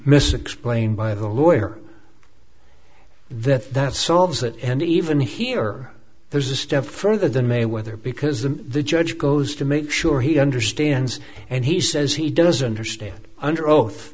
miss explained by the lawyer that that solves that and even here there's a step further than mayweather because the the judge goes to make sure he understands and he says he doesn't understand under oath